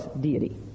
deity